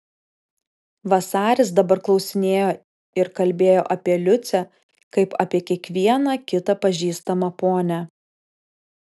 vasaris dabar klausinėjo ir kalbėjo apie liucę kaip apie kiekvieną kitą pažįstamą ponią